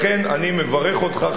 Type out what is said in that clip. לכן אני מברך אותך,